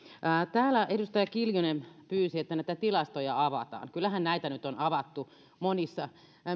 täällä edustaja kiljunen pyysi että näitä tilastoja avataan kyllähän näitä nyt on avattu monissa